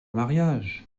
mariage